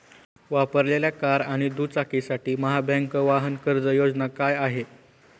वापरलेल्या कार आणि दुचाकीसाठी महाबँक वाहन कर्ज योजना काय आहे?